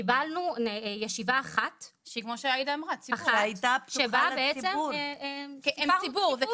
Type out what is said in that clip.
קיבלנו ישיבה אחת, שבה בעצם דיברנו ציבור.